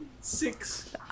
six